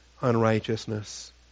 unrighteousness